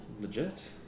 legit